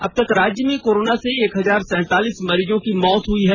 अब तक राज्य में कोरोना से एक हजार सैंतालीस मरीज की मौत हुई हैं